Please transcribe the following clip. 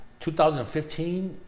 2015